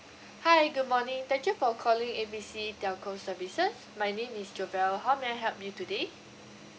hi good morning thank you for calling A B C telco services my name is joel how may I help you today